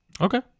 Okay